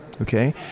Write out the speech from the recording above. okay